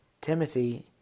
Timothy